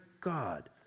God